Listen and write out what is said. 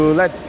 let